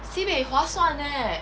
sibeh 划算 leh